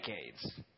decades